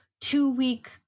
two-week